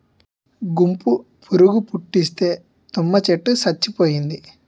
గుంపు పురుగు పట్టేసి తుమ్మ చెట్టు సచ్చిపోయింది